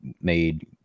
made